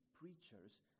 preachers